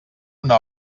una